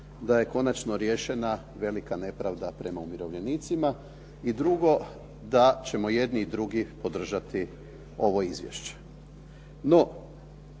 da je konačno riješena velika nepravda prema umirovljenicima i drugo da ćemo jedni i drugi podržati ovo izvješće.